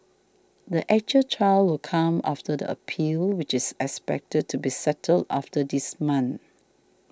the actual trial will come after the appeal which is expected to be settled after this month